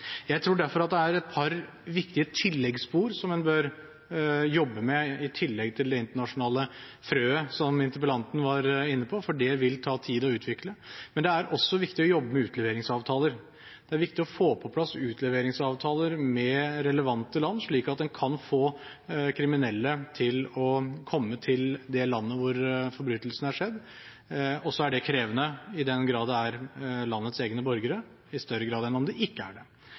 Jeg tror derfor det er et par viktige tilleggsspor som en bør jobbe med i tillegg til det internasjonale frøet som interpellanten var inne på, for det vil ta tid å utvikle. Det er også viktig å jobbe med utleveringsavtaler. Det er viktig å få på plass utleveringsavtaler med relevante land, slik at en kan få kriminelle til å komme til det landet hvor forbrytelsen er skjedd – og så er det krevende i den grad det er landets egne borgere, i større grad enn om det ikke er det.